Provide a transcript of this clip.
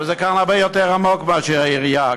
אבל כאן זה הרבה יותר עמוק מאשר העירייה,